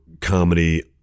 comedy